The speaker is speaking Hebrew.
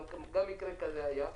גם מקרה כזה היה.